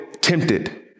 tempted